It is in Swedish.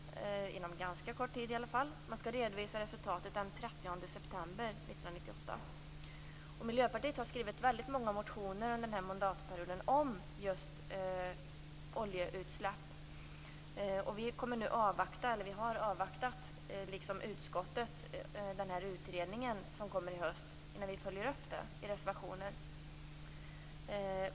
Resultatet skall redovisas den Miljöpartiet har under denna mandatperiod skrivit många motioner om just oljeutsläpp. Vi liksom utskottet avvaktar utredningen som kommer i höst innan vi följer upp frågan i reservationer.